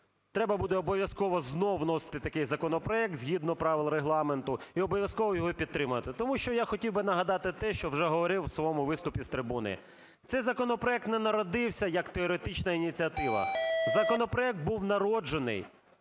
треба буде обов'язково знову вносити такий законопроект, згідно правил Регламенту, і обов'язково його і підтримати. Тому що я хотів би нагадати те, що вже говорив в своєму виступі з трибуни. Цей законопроект не народився як теоретична ініціатива. Законопроект був народжений